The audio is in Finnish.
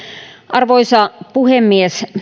arvoisa puhemies